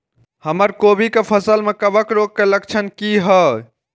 हमर कोबी के फसल में कवक रोग के लक्षण की हय?